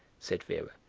said vera.